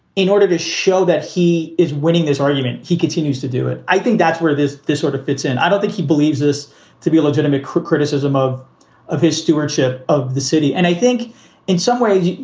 in order to show that. he is winning this argument. he continues to do it. i think that's where this this sort of fits in. i don't think he believes this to be a legitimate criticism of of his stewardship of the city. and i think in some ways,